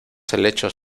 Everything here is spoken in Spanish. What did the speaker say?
helechos